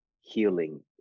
healing